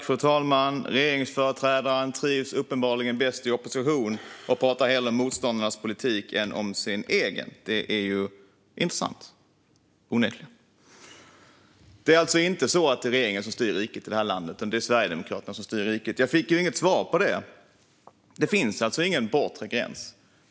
Fru talman! Regeringsföreträdaren trivs uppenbarligen bäst i opposition och pratar hellre om motståndarnas politik än om sin egen. Det är onekligen intressant. Det är alltså inte regeringen som styr riket, utan det är Sverigedemokraterna. Jag fick inget svar på min fråga. Det finns alltså ingen bortre gräns.